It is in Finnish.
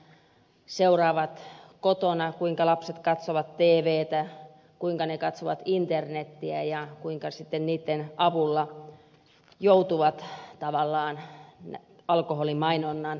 vanhemmat seuraavat kotona kuinka lapset katsovat tvtä kuinka he katsovat internetiä ja kuinka sitten niitten avulla joutuvat tavallaan alkoholimainonnan piiriin